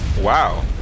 Wow